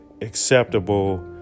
acceptable